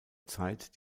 zeit